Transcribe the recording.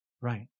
Right